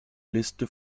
liste